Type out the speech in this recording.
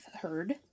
heard